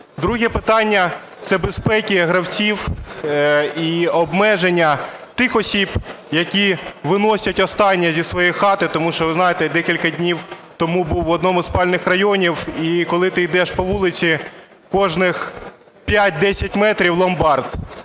Друге питання – це безпека гравців і обмеження тих осіб, які виносять останнє зі своєї хати. Тому що, ви знаєте, декілька днів тому був в одному із спальних районів, і коли ти йдеш по вулиці, кожні 5-10 метрів – ломбард.